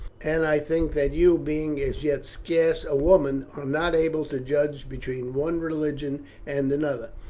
and i think that you, being as yet scarce a woman, are not able to judge between one religion and another.